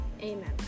Amen